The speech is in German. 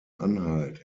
anhalt